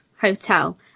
hotel